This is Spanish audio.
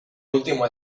último